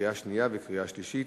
קריאה שנייה וקריאה שלישית.